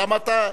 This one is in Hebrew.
למה אתה,